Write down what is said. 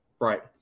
Right